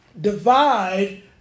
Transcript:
Divide